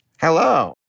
Hello